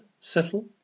settle